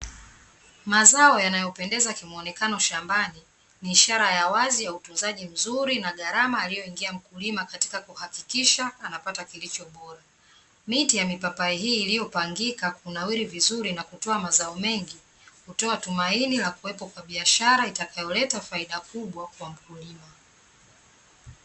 Mazao yanayopendeza kimwonekano shambani, ni ishara ya wazi ya utunzaji mzuri na gharama aliyoingia mkulima katika kuhakikisha anapata kilicho bora. Miti ya mipapai hii iliyopangika, na kunawiri vizuri na kutoa mazao mengi, hutoa tumaini la kuwepo kwa biashara itakayoleta faida kubwa, kwa mkulima.